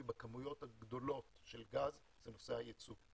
בכמויות הגדולות של גז זה נושא הייצוא.